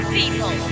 people